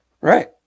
Right